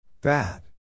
Bad